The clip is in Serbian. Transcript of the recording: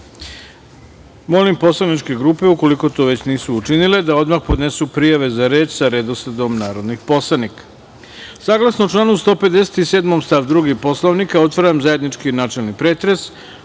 poslaničke grupe, ukoliko to već nisu učinile, da odmah podnesu prijave za reč sa redosledom narodnih poslanika. Saglasno članu 157. stav 2. Poslovnika, otvaram zajednički načelni pretres